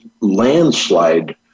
landslide